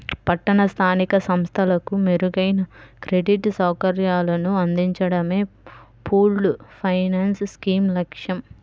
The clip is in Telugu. పట్టణ స్థానిక సంస్థలకు మెరుగైన క్రెడిట్ సౌకర్యాలను అందించడమే పూల్డ్ ఫైనాన్స్ స్కీమ్ లక్ష్యం